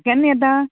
केन्ना येता